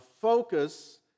focus